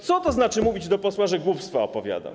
Co to znaczy mówić do posła, że głupstwa opowiada?